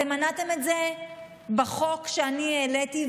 אתם מנעתם את זה בחוק שאני העליתי,